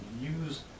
use